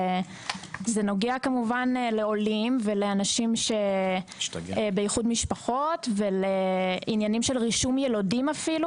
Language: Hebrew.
זה נוגע לעולים ולאנשים שבאיחוד משפחות ולענייני רישום ילודים אפילו.